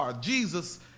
Jesus